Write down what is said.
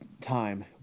time